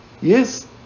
Yes